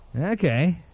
Okay